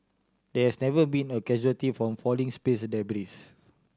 there has never been a casualty from falling space debris